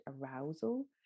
arousal